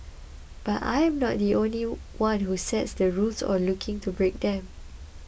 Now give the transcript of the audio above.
but I am not the one who sets the rules or looking to break them